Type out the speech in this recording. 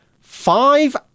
five